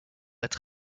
être